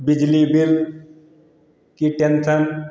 बिजली बिल की टेन्सन